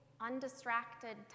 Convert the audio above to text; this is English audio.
undistracted